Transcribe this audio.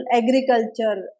agriculture